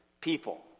people